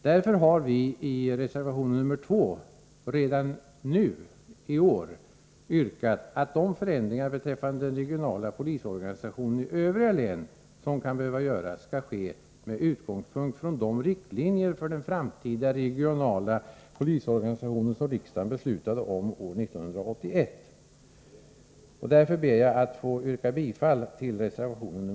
Därför har, vii reservation nr 2,redan.nui år yrkatatt deförändringar i.denregionala-polisorganisationen iövriga län som kan behöva-göras skall genomföras med utgångspunkt i de riktlinjer för den framtidaregionala, polisorganisationen som riksdagen beslutade om år 1981. Jag ber därför att få yrka bifall till reservation nr 2.